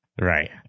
right